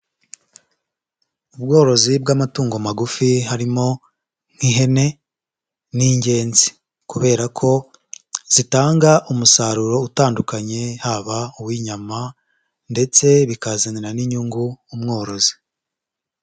Ubworozi bw'amatungo magufi harimo nk'ihene, ni ingenzi, kubera ko zitanga umusaruro utandukanye, haba uw'inyama ndetse bikazanirana n'inyungu umworozi.